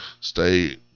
Stay